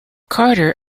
carter